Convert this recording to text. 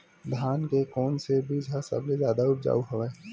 धान के कोन से बीज ह सबले जादा ऊपजाऊ हवय?